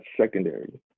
secondary